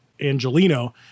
angelino